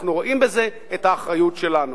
אנחנו רואים בזה את האחריות שלנו.